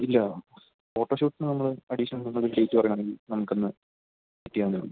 ഇല്ല ഫോട്ടോഷൂട്ടിന് നമ്മള് അഡീഷ്നൽ നമ്മള് ഡേറ്റ് പറയുകയാണെങ്കില് നമുക്കന്ന് സെറ്റ് ചെയ്യാവുന്നതേയുള്ളൂ